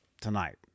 tonight